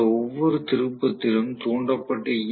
இந்த ஒவ்வொரு திருப்பத்திலும் தூண்டப்பட்ட ஈ